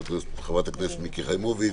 מיקי חיימוביץ',